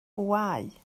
bwâu